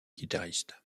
guitariste